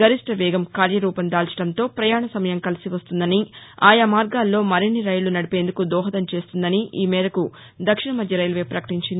గరిష్ట వేగం కార్యరూపం దాల్చడంతో ప్రయాణ సమయం కలిసివస్తుందని ఆయా మార్గాల్లో మరిన్ని రైళ్లు నడిపేందుకు దోహదం చేస్తుందని ఈ మేరకు దక్షిణ మధ్య రైల్వే పకటించింది